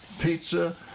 pizza